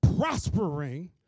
prospering